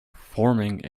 forming